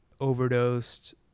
overdosed